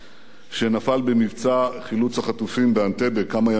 שנפל במבצע חילוץ החטופים באנטבה כמה ימים קודם לכן.